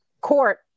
court